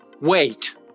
Wait